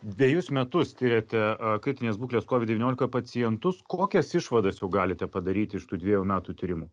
dvejus metus tiriate kritinės būklės kovid devyniolika pacientus kokias išvadas galite padaryti iš tų dvejų metų tyrimų